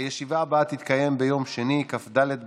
הישיבה הבאה תתקיים ביום שני, כ"ד